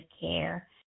care